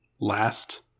last